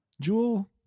Jewel